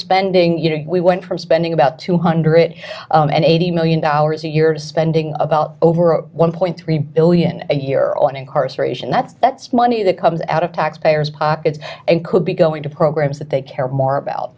spending you know we went from spending about two hundred and eighty million dollars a year to spending about over a one point three billion a year on incarceration that's that's money that comes out of taxpayers pockets and could be going to programs that they care more about